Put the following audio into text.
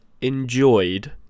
enjoyed